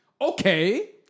okay